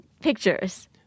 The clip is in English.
pictures